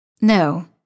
No